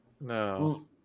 no